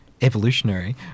Evolutionary